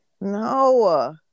No